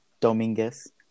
Dominguez